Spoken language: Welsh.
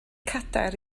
cadair